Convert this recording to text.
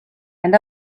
and